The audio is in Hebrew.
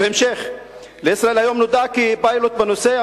ובהמשך: "ל'ישראל היום' נודע כי פיילוט בנושא,